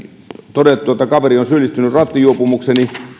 todettu että kaveri on syyllistynyt rattijuopumukseen